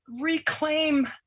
reclaim